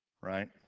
Right